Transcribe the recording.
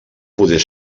poder